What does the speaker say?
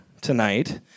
tonight